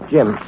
Jim